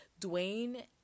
Dwayne